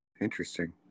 Interesting